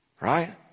Right